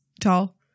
tall